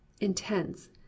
intense